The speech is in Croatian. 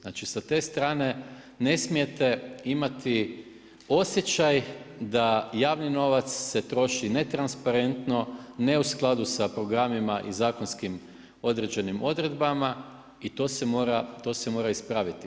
Znači, sa te strane, ne smijete, imati, osjećaj, da javni novac, se troši netransparentno, ne u skladu sa programima i zakonskim određenim odredbama i to se mora ispraviti.